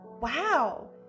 Wow